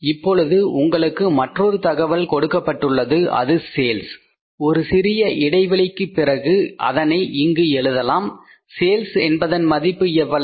இப்பொழுது உங்களுக்கு மற்றொரு தகவல் கொடுக்கப்பட்டுள்ளது அது சேல்ஸ் ஒரு சிறிய இடைவெளிக்கு பிறகு நீங்கள் அதனை இங்கு எழுதலாம் சேல்ஸ் என்பதன் மதிப்பு எவ்வளவு